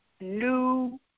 new